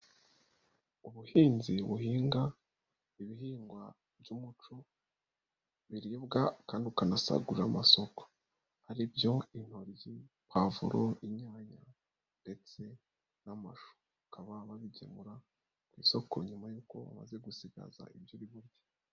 Ubuhinzi buhinga ibihingwa by'umuco biribwa kandi ukanasagurarira amasoko. Ari byo intoryi, puwavuro, inyanya ndetse n'amashu. Bakaba babigemura ku isoko nyuma yuko bamaze gusigaza ibyo uri burye.